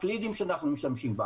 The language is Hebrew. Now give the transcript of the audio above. הקלידים שאנחנו משתמשים.